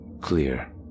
Clear